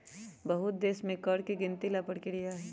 बहुत देश में कर के गिनती ला परकिरिया हई